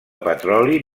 petroli